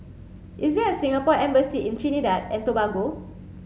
is there a Singapore embassy in Trinidad and Tobago